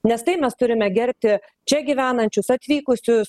nes tai mes turime gerbti čia gyvenančius atvykusius